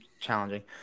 challenging